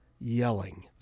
yelling